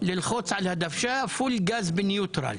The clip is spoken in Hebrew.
ללחוץ על הדוושה פול גז בניוטרל,